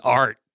art